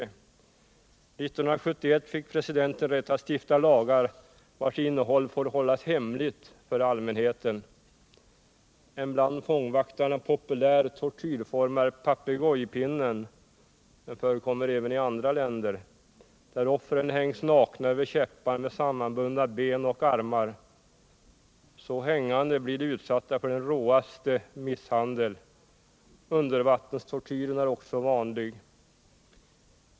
År 1971 fick presidenten rätt att stifta lagar, vilkas innehåll får hållas hemligt för allmänheten. En bland fångvaktarna populär tortyrform är papegojpinnen — den förekommer även i andra länder — där offren med sammanbundna ben och armar hängs nakna över käppar. Så hängande blir de utsatta för den råaste misshandel. Undervattenstortyren är också vanlig.